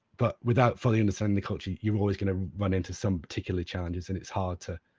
but without fully understanding the culture, you always kind of run into some particular challenges, and it's hard to